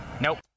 Nope